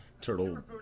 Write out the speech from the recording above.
Turtle